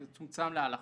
מצומצם להלכות,